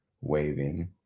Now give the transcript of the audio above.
waving